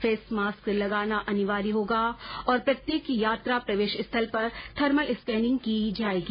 face mask लगाना अनिवार्य होगा और प्रत्येक यात्रा प्रवेश स्थल पर थर्मल स्कैनिंग की जाएगी